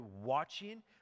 watching